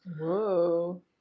Whoa